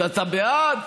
אתה בעד?